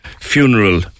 funeral